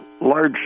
large